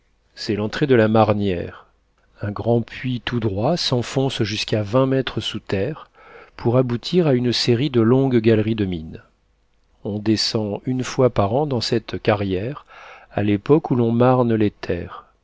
c'est l'entrée de la marnière un grand puits tout droit s'enfonce jusqu'à vingt mètres sous terre pour aboutir à une série de longues galeries de mines on descend une fois par an dans cette carrière à l'époque où l'on marne les terres